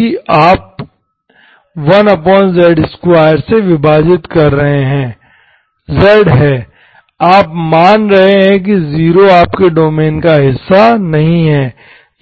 क्योंकि आप 1z2 से विभाजित कर रहे हैं z है आप मान रहे हैं कि 0 आपके डोमेन का हिस्सा नहीं है